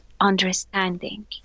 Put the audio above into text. understanding